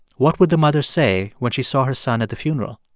what would the mother say when she saw her son at the funeral?